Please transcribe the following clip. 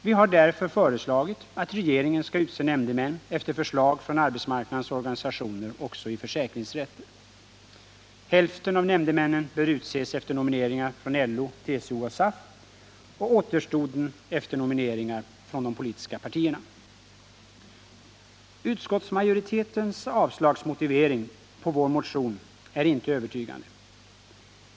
Vi har därför föreslagit att regeringen skall utse nämndemän efter förslag från arbetsmarknadens organisationer också i försäkringsrätt. Hälften av nämndemännen bör utses efter nomineringar från LO, TCO och SAF och återstoden efter nomineringar från de politiska partierna. Utskottsmajoritetens motivering för att avstyrka vår motion i denna del är inte övertygande.